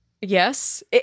Yes